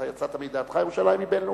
אתה יצאת מדעתך, ירושלים היא בין-לאומית.